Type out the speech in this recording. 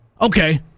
Okay